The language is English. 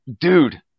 dude